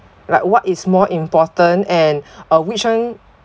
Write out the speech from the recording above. like what is more important and uh which one